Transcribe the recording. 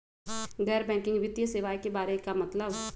गैर बैंकिंग वित्तीय सेवाए के बारे का मतलब?